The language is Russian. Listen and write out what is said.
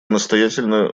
настоятельно